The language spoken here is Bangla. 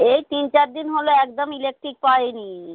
এই তিন চার দিন হলো একদম ইলেকট্রিক পাইনি